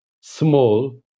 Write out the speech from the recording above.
small